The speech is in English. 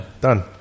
Done